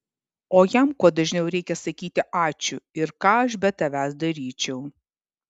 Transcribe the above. o jam kuo dažniau reikia sakyti ačiū ir ką aš be tavęs daryčiau